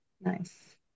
Nice